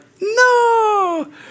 no